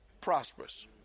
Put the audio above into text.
prosperous